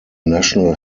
national